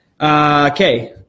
okay